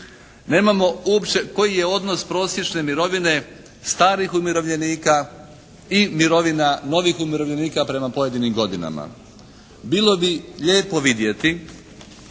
Nemamo uopće koji je odnos prosječne mirovine starih umirovljenika i mirovina novih umirovljenika prema pojedinim godinama. Bilo bi lijepo vidjeti